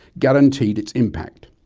guaranteed its impact.